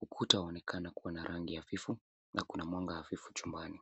Ukuta unaonekana kuwa na rangi hafifu na kuna mwanga hafifu chumbani.